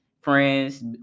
friends